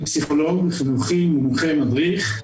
אני פסיכולוג חינוכי מומחה מדריך,